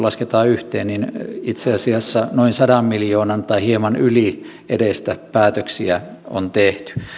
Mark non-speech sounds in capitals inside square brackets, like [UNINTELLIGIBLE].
[UNINTELLIGIBLE] lasketaan yhteen niin itse asiassa noin sadan miljoonan tai hieman yli edestä päätöksiä on tehty